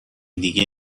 دیگه